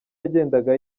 yagendaga